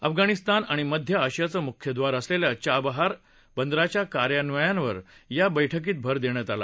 अफगाणिस्तान आणि मध्य आशियाचं मुख्यद्वार असलेल्या चाबहार बदराच्या कार्यान्वयनावर या बैठकीत भर देण्यात आला